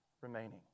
remaining